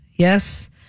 Yes